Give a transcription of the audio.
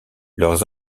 leur